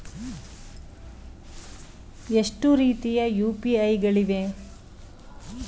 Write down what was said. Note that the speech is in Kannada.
ಎಷ್ಟು ರೀತಿಯ ಯು.ಪಿ.ಐ ಗಳಿವೆ?